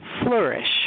flourish